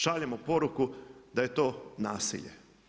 Šaljemo poruku da je to nasilje.